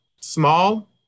small